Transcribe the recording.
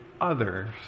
others